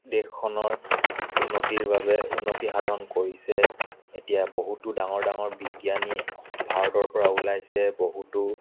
দেশখনৰ উন্নতিৰ বাবে উন্নতি সাধন কৰিছে এতিয়া বহুতো ডাঙৰ ডাঙৰ বিজ্ঞানী ভাৰতৰ পৰা ওলাইছে বহুতো